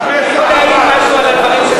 אני יכול להעיר משהו על הדברים?